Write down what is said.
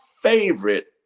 favorite